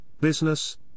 business